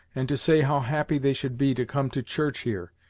and to say how happy they should be to come to church here,